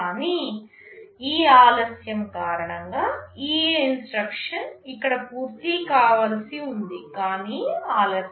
కానీ ఈ ఆలస్యం కారణంగా ఈ ఇన్స్ట్రక్షన్ ఇక్కడ పూర్తి కావాల్సి ఉంది కానీ ఆలస్యం అయింది